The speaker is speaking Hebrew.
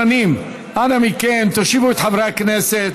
סדרנים, אנא מכם, תושיבו את חברי הכנסת.